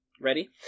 Ready